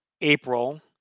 April